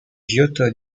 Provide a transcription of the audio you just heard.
giotto